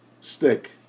stick